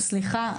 סליחה,